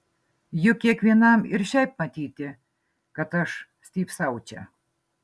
juk kiekvienam ir šiaip matyti kad aš stypsau čia